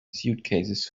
suitcases